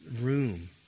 room